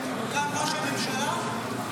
גם ראש הממשלה?